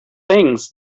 things